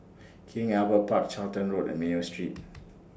King Albert Park Charlton Road and Mayo Street